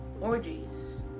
orgies